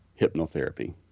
hypnotherapy